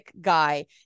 guy